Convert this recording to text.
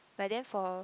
but then for